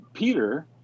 Peter